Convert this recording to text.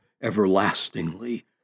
everlastingly